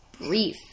brief